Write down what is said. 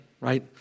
right